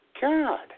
God